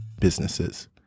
businesses